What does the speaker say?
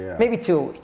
maybe two